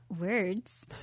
words